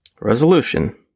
resolution